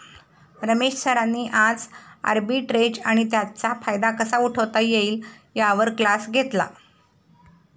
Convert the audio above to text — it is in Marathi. रमेश सरांनी आज आर्बिट्रेज आणि त्याचा फायदा कसा उठवता येईल यावर क्लास घेतला